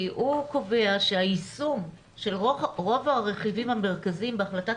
כי הוא קובע שהיישום של רוב הרכיבים המרכזיים בהחלטת